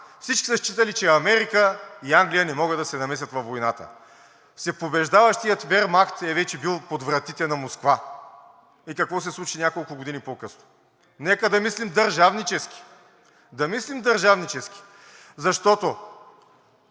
всички са считали, че Америка и Англия не могат да се намесят във войната. Всепобеждаващият Вермахт вече е бил пред вратите на Москва. И какво се случи няколко години по-късно? Нека да мислим държавнически. Да мислим държавнически, защото